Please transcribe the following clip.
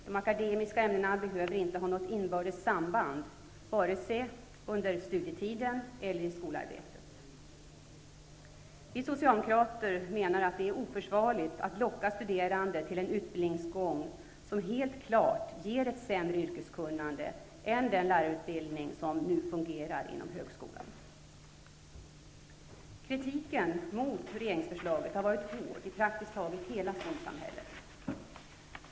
De akademiska ämnena behöver inte ha något inbördes samband vare sig under studietiden eller i skolarbetet. Vi Socialdemokrater menar att det är oförsvarligt att locka studerande till en utbildningsgång som helt klart ger ett sämre yrkeskunnande än den lärarutbildning som nu fungerar inom högskolan. Kritiken mot regeringsförslaget har varit hård i praktiskt taget hela skolsamhället.